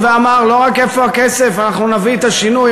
ואמר לא רק "איפה הכסף?" אנחנו נביא את השינוי.